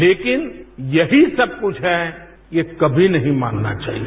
लेकिन यही सब कुछ है ये कभी नहीं मानना चाहिए